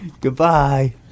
Goodbye